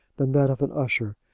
than that of an usher,